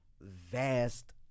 vast